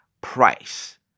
Price